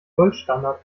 goldstandard